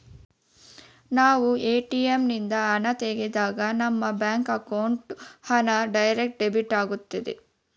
ನಾವು ಎ.ಟಿ.ಎಂ ನಿಂದ ಹಣ ತೆಗೆದಾಗ ನಮ್ಮ ಬ್ಯಾಂಕ್ ಅಕೌಂಟ್ ಹಣ ಡೈರೆಕ್ಟ್ ಡೆಬಿಟ್ ಆಗುತ್ತದೆ